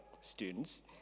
students